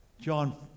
John